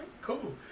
Cool